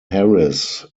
harris